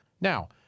Now